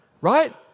right